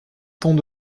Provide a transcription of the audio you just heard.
temps